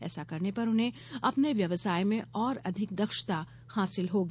ऐसा करने पर उन्हें अपने व्यवसाय में और अधिक दक्षता हासिल होगी